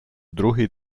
другий